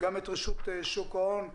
רשות שוק ההון,